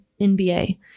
NBA